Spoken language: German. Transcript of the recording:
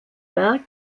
werk